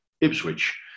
Ipswich